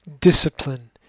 Discipline